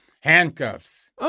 handcuffs